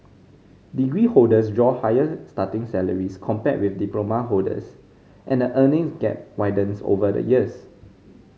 degree holders draw higher starting salaries compared with diploma holders and the earnings gap widens over the years